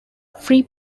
free